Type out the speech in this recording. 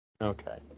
Okay